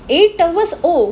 eight hours oh